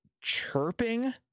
chirping